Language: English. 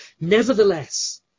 Nevertheless